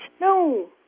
No